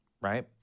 right